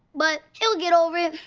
but, he'll get over it.